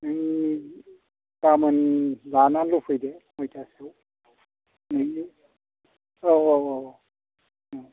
नों गाबोन लानानैल' फैदो नयथासोआव औ औ